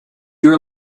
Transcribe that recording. your